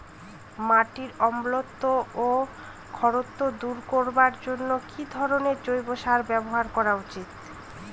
মাটির অম্লত্ব ও খারত্ব দূর করবার জন্য কি ধরণের জৈব সার ব্যাবহার করা উচিৎ?